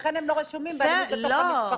לכן הם לא רשומים באלימות בתוך המשפחה.